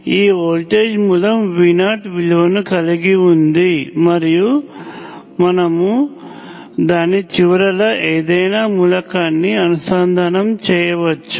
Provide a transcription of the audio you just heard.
ఈ వోల్టేజ్ మూలం V0 విలువను కలిగి ఉంది మరియు మనము దాని చివరల ఏదైనా మూలకాన్ని అనుసంధానం చేయవచ్చు